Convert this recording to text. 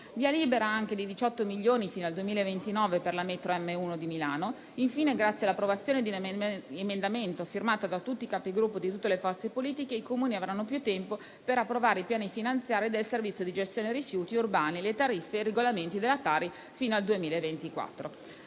via libera anche ai 18 milioni fino al 2029 per la metro M1 di Milano. Infine, grazie all'approvazione di un emendamento firmato da tutti i Capigruppo di tutte le forze politiche, i Comuni avranno più tempo per approvare i piani finanziari del servizio di gestione rifiuti urbani, le tariffe e i regolamenti della TARI fino al 2024.